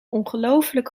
ongelooflijk